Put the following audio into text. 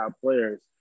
players